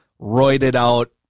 roided-out